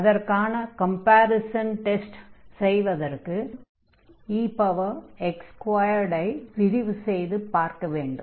அதற்கான comparison test செய்வதற்கு ex2 ஐ விரிவு செய்து பார்க்க வேண்டும்